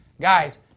guys